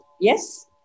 Yes